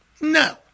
no